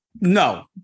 No